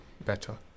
better